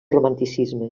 romanticisme